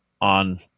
on